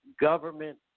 government